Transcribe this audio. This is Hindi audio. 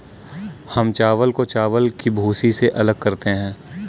हम चावल को चावल की भूसी से अलग करते हैं